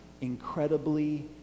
incredibly